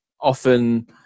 Often